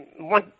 one